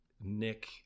Nick